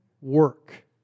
work